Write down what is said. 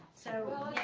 so